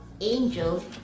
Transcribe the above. angel